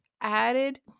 added